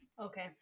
Okay